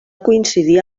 coincidir